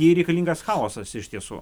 jai reikalingas chaosas iš tiesų